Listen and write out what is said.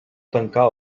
tancar